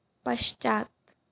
पश्चात्